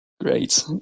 Great